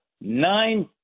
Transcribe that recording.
nine